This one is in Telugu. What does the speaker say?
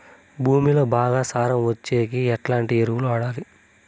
భూమిలో బాగా సారం వచ్చేకి ఎట్లా ఎరువులు వాడాలి?